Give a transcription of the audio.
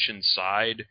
side